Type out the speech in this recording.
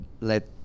let